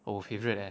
oh favourite eh